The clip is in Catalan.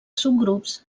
subgrups